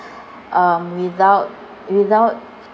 um without without